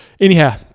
Anyhow